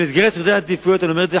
במסגרת סדרי עדיפויות אני אומר את זה,